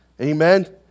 Amen